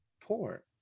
poor